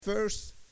First